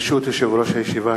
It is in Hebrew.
ברשות יושב-ראש הישיבה,